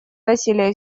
насилия